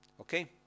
Okay